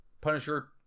Punisher